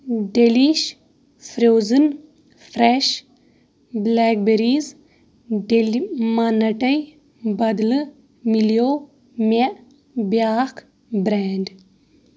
delish frozen fresh black berries ڈیلہِ مانَٹَے بدلہٕ مِلیو مےٚ بیٛاکھ برٛٮ۪نڈ